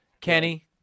Kenny